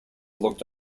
looked